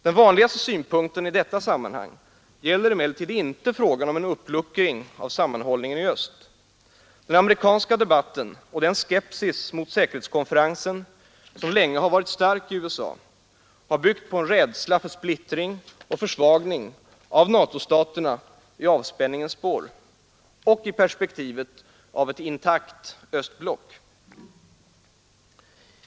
Den vanligaste synpunkten i detta sammanhang gäller emellertid inte frågan om en uppluckring av sammanhållningen i öst. Den amerikanska debatten och den skepsis mot säkerhetskonferensen som länge varit stark i USA har byggt på en rädsla för splittring och försvagning av NATO-staterna i avspänningens spår — och i perspektivet av ett intakt östblock.